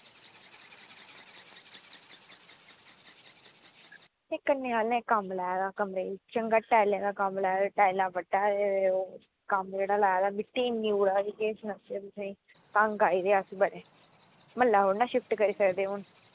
ते कन्नै आह्लें कम्म लाए दा कन्नै ई चंगा टाइलें दा कम्म ला दा टाईलां बड्ढा दे कम्म जेह्ड़ा लाए दा मिट्टी इन्नी उड्डा दी केह् सनांऽ तुसेंगी तंग आई गेदे अस बड़े म्हल्ला थोह्ड़े ना शिफ्ट करी सकदे हून